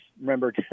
Remember